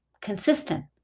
consistent